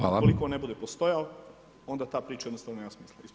Ukoliko ne bude postojao onda ta priča jednostavno nema smisla.